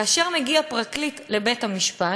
כאשר מגיע פרקליט לבית המשפט,